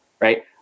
right